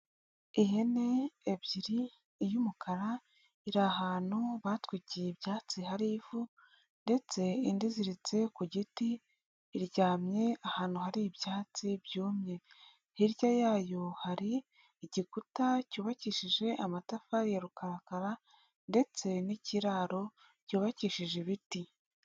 Ihene ebyiri iy'umukara iri ahantu batwikiye ibyatsi hari ivu ndetse indi iziritse ku giti iryamye ahantu hari ibyatsi byumye, hirya yayo hari igikuta cyubakishije amatafari ya rukarakara ndetse n'ikiraro cyubakishije ibiti.